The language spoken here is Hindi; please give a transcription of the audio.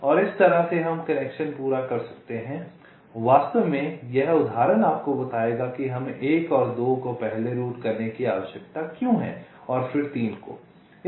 तो इस तरह से हम कनेक्शन पूरा कर सकते हैं वास्तव में यह उदाहरण आपको बताएगा कि हमें 1 और 2 को पहले रूट करने की आवश्यकता क्यों है और फिर 3 को